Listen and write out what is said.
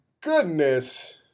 goodness